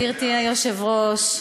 גברתי היושבת-ראש,